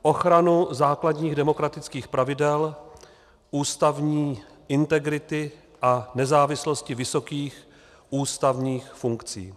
Ochranu základních demokratických pravidel, ústavní integrity a nezávislosti vysokých ústavních funkcí.